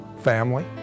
Family